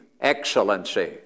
excellency